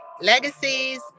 Legacies